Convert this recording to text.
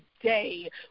today